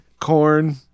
Corn